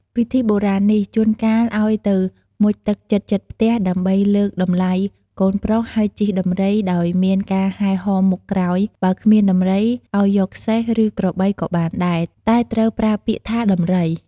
ពិធីពីបុរាណនេះ ជួនកាលអោយទៅមុជទឹកជិតៗផ្ទះ ដើម្បីលើកតម្លៃកូនប្រុស ហើយជិះដំរីដោយមានការហែរហមមុខក្រោយ ។ បើគ្មានដំរី ឲ្យយកសេះ ឬក្របីក៏បានដែរ តែត្រូវប្រើពាក្យថាដំរី ។